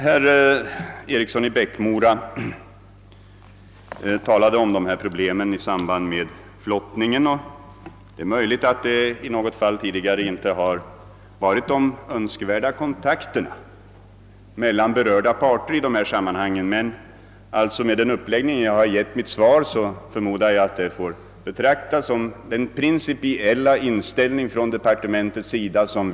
Herr Eriksson i Bäckmora berörde dessa problem i samband med flottningen. Det är möjligt att det i något fall tidigare inte har förekommit önskvärda kontakter mellan berörda parter. Med den utformning som jag har givit mitt svar förmodar jag att det kan betraktas som ett uttryck för departementets principiella inställning.